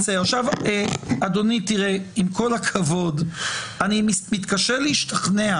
אדוני, עם כל הכבוד, אני מתקשה להשתכנע